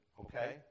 Okay